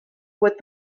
with